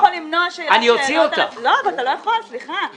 אבל את לא יכולה להשתלט על הדיון.